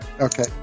Okay